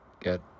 get